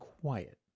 quiet